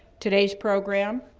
today's program,